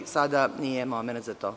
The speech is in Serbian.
Sada nije momenat za to.